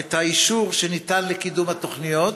את האישור שניתן לקידום התוכניות?